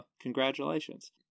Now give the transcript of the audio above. congratulations